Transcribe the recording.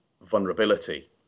vulnerability